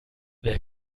wer